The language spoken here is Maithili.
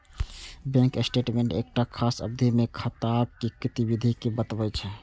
बैंक स्टेटमेंट एकटा खास अवधि मे खाताक गतिविधि कें बतबै छै